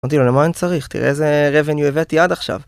אמרתי לו, למה אין צריך? תראה איזה revenue הבאתי עד עכשיו.